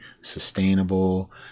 sustainable